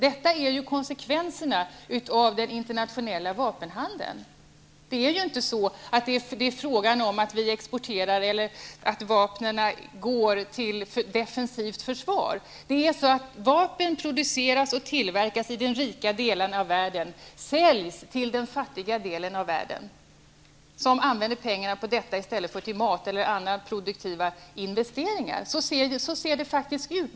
Det här är ju konsekvenserna av den internationella vapenhandeln. Det är inte fråga om att vi exporterar vapen till defensivt försvar. Vapen produceras och tillverkas i den rika delen av världen, säljs till den fattiga delen av världen, som använder pengarna till detta i stället för till mat eller till andra produktiva investeringar. Så ser det faktiskt ut.